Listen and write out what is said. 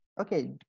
Okay